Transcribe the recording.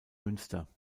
münster